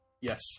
Yes